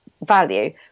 value